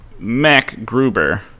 MacGruber